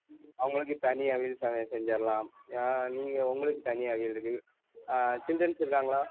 அவங்களுக்கு தனி அவியல் ச செஞ்சிர்லாம் நீங்கள் உங்களுக்கு தனி அவியல் இருக்குது சில்ரென்ஸ் இருக்காங்களா